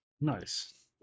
Nice